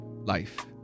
life